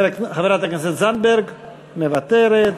חברת הכנסת זנדברג, מוותרת,